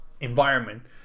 environment